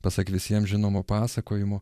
pasak visiem žinomo pasakojimo